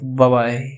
bye-bye